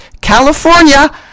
California